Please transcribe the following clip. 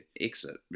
exit